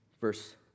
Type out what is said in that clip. Verse